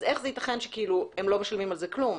אז איך זה יתכן שהם לא משלמים על זה כלום?